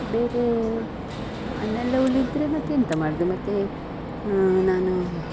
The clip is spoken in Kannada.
ಬೇರೆ ಅನ್ನ ಎಲ್ಲ ಉಳಿದರೆ ಮತ್ತೆ ಎಂಥ ಮಾಡುವುದು ಮತ್ತೆ ನಾನು